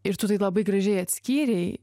ir tu tai labai gražiai atskyrei